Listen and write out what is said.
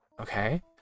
okay